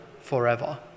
forever